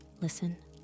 Listen